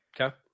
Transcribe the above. Okay